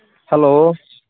hello